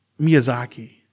Miyazaki